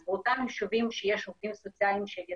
אז באותם יישובים שיש עובדים סוציאליים של 'יתד'